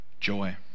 Joy